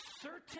certain